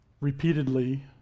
repeatedly